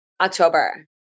October